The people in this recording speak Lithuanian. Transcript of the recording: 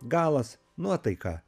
galas nuotaika